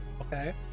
okay